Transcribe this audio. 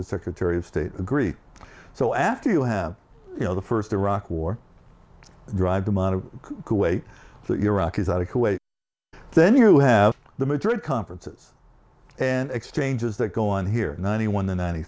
the secretary of state agree so after you have you know the first iraq war drive them on to kuwait the iraqis out of kuwait then you have the madrid conference and exchanges that go on here ninety one the ninety